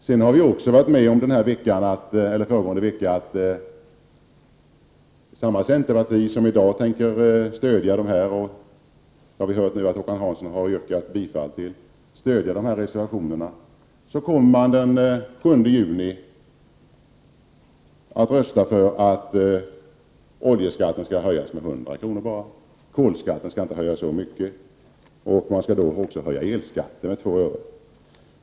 Sedan fick vi föregående vecka klart för oss att samma centerparti som i dag tänker stödja de här reservationerna — vi har ju hört Håkan Hansson yrka bifall till dem - den 7 juni kommer att rösta för att oljeskatten skall höjas med endast 100 kr., kolskatten inte så mycket och elskatten med 2 öre.